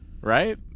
right